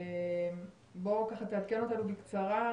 תעדכן אותנו בקצרה,